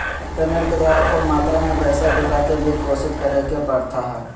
internet के द्वारा खूब मात्रा में पैसा जुटा के वित्त पोषित करे के प्रथा हइ